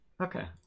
Okay